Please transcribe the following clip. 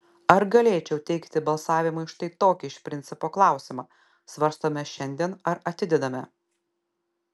ar galėčiau teikti balsavimui štai tokį iš principo klausimą svarstome šiandien ar atidedame